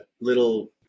little